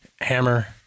Hammer